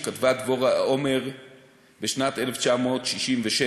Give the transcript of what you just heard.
שכתבה דבורה עומר בשנת 1967?